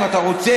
אם אתה רוצה,